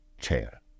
chair